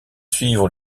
suivre